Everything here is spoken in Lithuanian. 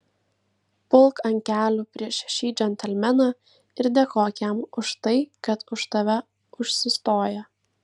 pulk ant kelių prieš šį džentelmeną ir dėkok jam už tai kad už tave užsistoja